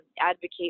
advocate